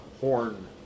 horn